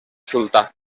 sultà